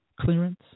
clearance